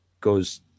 goes